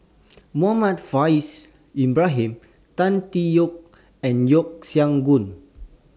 Muhammad Faishal Ibrahim Tan Tee Yoke and Yeo Siak Goon